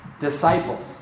disciples